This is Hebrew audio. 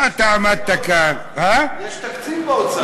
באת, עמדת כאן, יש תקציב באוצר.